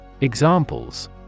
Examples